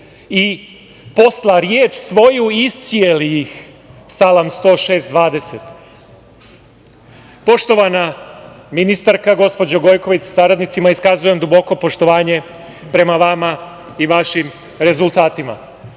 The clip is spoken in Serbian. "i posla riječ svoju, iscijeli ih", Psalam 106.20.Poštovana ministarka, gospođo Gojković sa saradnicima, iskazujem duboko poštovanje prema vama i vašim rezultatima. Ovaj